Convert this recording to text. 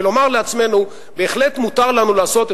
ולומר לעצמנו: בהחלט מותר לנו לעשות את